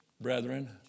Brethren